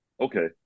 okay